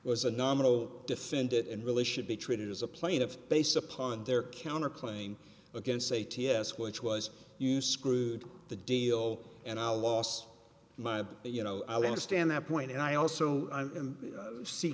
was a nominal defended and really should be treated as a plaintiff based upon their counter playing against say ts which was you screwed the deal and i lost my you know i want to stand that point and i also see